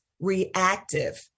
reactive